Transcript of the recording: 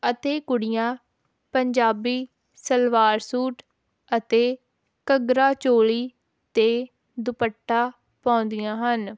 ਅਤੇ ਕੁੜੀਆਂ ਪੰਜਾਬੀ ਸਲਵਾਰ ਸੂਟ ਅਤੇ ਘੱਗਰਾ ਚੋਲੀ ਅਤੇ ਦੁਪੱਟਾ ਪਾਉਂਦੀਆਂ ਹਨ